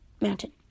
mountain